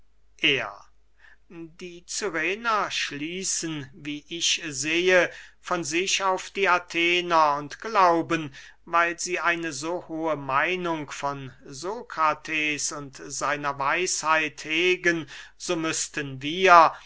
er die cyrener schließen wie ich sehe von sich auf die athener und glauben weil sie eine so hohe meinung von sokrates und seiner weisheit hegen so müßten wir